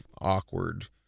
awkward